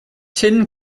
tin